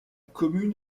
commune